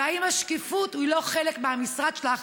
והאם השקיפות היא לא חלק מהמשרד שלך?